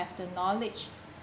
the knowledge